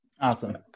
awesome